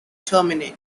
terminate